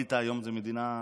ליטא היום זו מדינה עצמאית,